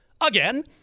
again